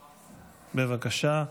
בבקשה.